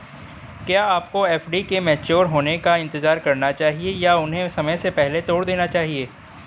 क्या आपको एफ.डी के मैच्योर होने का इंतज़ार करना चाहिए या उन्हें समय से पहले तोड़ देना चाहिए?